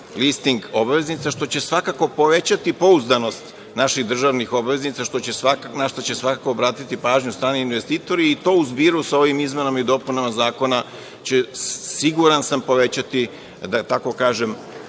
listing obveznica, što će svakako povećati pouzdanost naših državnih obveznica, na šta će svakako obratiti pažnju strani investitori i to u zbiru sa ovim izmenama i dopunama zakona će siguran sam, povećati, da tako kažem,